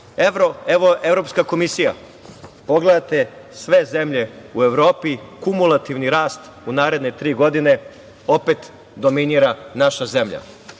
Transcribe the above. evo Evropska komisija. Pogledajte sve zemlje u Evropi, kumulativni rast u naredne tri godine, opet dominira naša zemlja. Neko